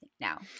now